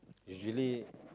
usually